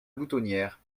boutonniere